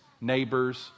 neighbors